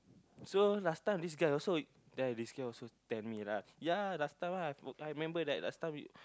so last time this guy also then I this guy also tell me lah ya last time I remember that last time we